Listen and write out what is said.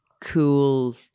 cool